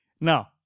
now